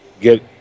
get